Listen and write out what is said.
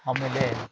ಆಮೇಲೆ